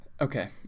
Okay